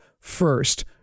first